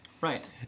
Right